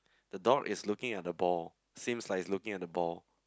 the dog is looking at the ball seems like it's looking at the ball